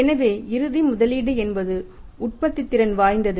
எனவே இறுதியில் முதலீடு என்பது உற்பத்தித்திறன் வாய்ந்தது